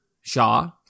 Shaw